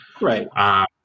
Right